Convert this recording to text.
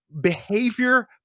behavior